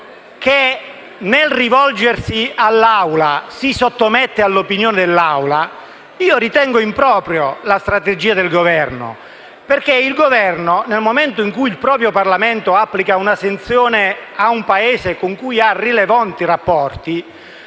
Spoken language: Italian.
che nel rivolgersi all'Assemblea si sottomette alla sua opinione, ritengo impropria la strategia del Governo perché l'Esecutivo, nel momento in cui il Parlamento applica una sanzione a un Paese con cui ha rilevanti rapporti,